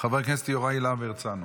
חבר הכנסת יוראי להב הרצנו.